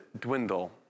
dwindle